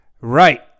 Right